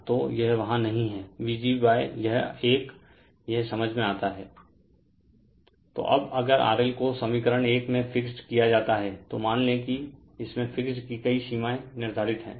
तो यह वहाँ नहीं है Vg यह 1 यह समझ में आता है Refer Slide Time 2545 तो अब अगर RL को समीकरण 1 में फिक्स्ड किया जाता है तो मान लें कि इसमें फिक्स्ड की गई सीमाएं निर्धारित हैं